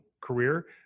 career